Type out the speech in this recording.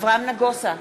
אברהם נגוסה,